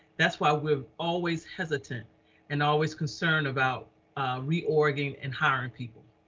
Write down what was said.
that's why we're always hesitant and always concerned about reordering and hiring people.